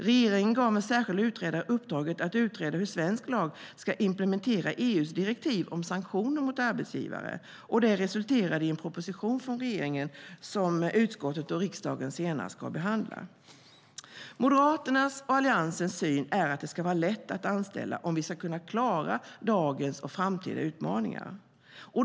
Regeringen gav en särskild utredare uppdraget att utreda hur svensk lag ska implementera EU:s direktiv om sanktioner mot arbetsgivare. Det resulterade i en proposition från regeringen som utskottet och riksdagen senare ska behandla. Moderaterna och Alliansen anser att det ska vara lätt att anställa om vi ska kunna klara dagens och framtidens utmaningar.